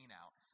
out